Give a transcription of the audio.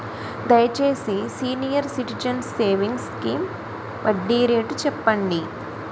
దయచేసి senior citizens savings scheme వడ్డీ rate చెప్పండి